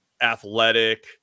athletic